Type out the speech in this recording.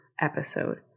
episode